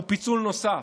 הוא פיצול נוסף,